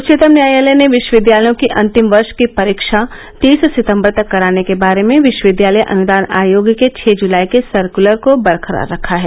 उच्चतम न्यायालय ने विश्वविद्यालयों की अंतिम वर्ष की परीक्षा तीस सितंबर तक कराने के बारे में विश्वविद्यालय अनुदान आयोग के छ जलाई के सर्कलर को बरकरार रखा है